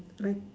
like